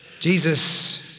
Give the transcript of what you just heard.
Jesus